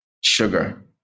sugar